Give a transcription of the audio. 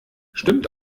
stimmt